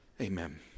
Amen